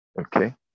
okay